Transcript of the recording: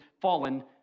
fallen